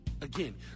Again